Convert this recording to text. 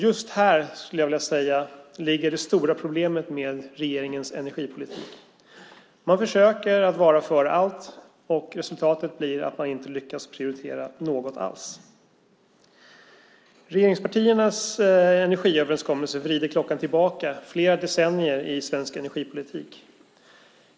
Just här, skulle jag vilja säga, ligger det stora problemet med regeringens energipolitik. Man försöker vara för allt, och resultatet blir att man inte lyckas prioritera något alls. Regeringspartiernas energiöverenskommelse vrider klockan tillbaka flera decennier i svensk energipolitik.